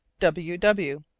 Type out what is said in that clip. w. w.